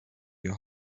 your